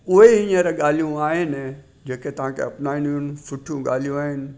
उहे ई हींअर ॻाल्हियूं आहिनि जेके तव्हांखे अपनाइणियूं आहिनि सुठियूं ॻाल्हियूं आहिनि